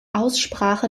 aussprache